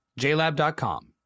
JLab.com